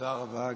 תודה רבה.